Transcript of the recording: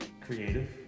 creative